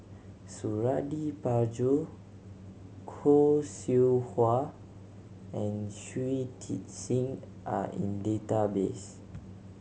Suradi Parjo Khoo Seow Hwa and Shui Tit Sing are in database